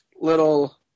little